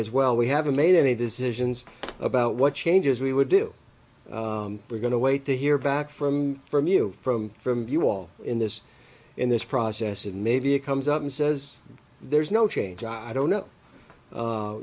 as well we haven't made any decisions about what changes we would do we're going to wait to hear back from from you from from you all in this in this process and maybe it comes up and says there's no change i don't know